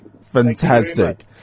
Fantastic